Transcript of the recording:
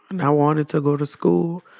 and i wanted to go to school,